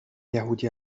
یهودی